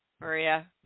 Maria